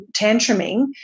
tantruming